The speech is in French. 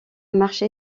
marché